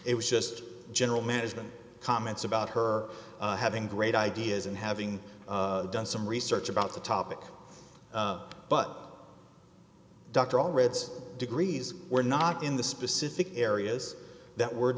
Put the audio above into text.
it was just general management comments about her having great ideas and having done some research about the topic but dr all reds degrees were not in the specific areas that w